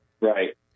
Right